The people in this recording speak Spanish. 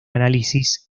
análisis